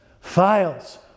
files